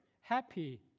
happy